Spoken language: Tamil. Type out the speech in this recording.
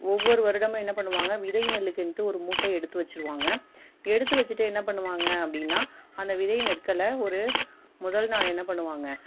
ஒவ்வொரு வருடமும் என்ன பண்ணுவாங்க விதை நெல்லுக்கென்று ஒரு மூட்டை எடுத்து வெச்சுருவாங்க எடுத்து வெச்சுட்டு என்ன பண்ணுவாங்க அப்படின்னா அந்த விதை நெற்களை ஒரு முதல் நாள் என்ன பண்ணுவாங்க